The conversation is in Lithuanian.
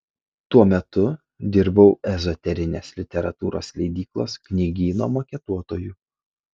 tuo metu dirbau ezoterinės literatūros leidyklos knygyno maketuotoju